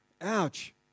Ouch